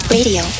Radio